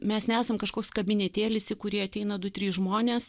mes nesam kažkoks kabinetėlis į kurį ateina du trys žmonės